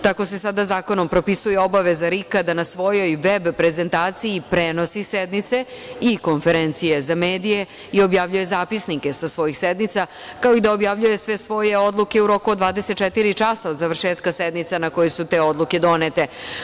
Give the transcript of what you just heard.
Tako se sada zakonom propisuje obaveza RIK-a da na svojoj veb prezentaciji prenosi sednice i konferencije za medije i objavljuje zapisnike sa svojih sednica, kao i da objavljuje sve svoje odluke u roku od 24 časa od završetka sednica na kojima su te odluke donete.